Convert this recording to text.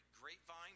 grapevine